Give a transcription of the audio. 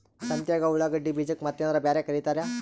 ಸಂತ್ಯಾಗ ಉಳ್ಳಾಗಡ್ಡಿ ಬೀಜಕ್ಕ ಮತ್ತೇನರ ಬ್ಯಾರೆ ಕರಿತಾರ?